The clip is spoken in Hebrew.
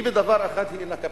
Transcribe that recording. היא בדבר אחד אינה קפיטליסטית,